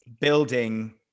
building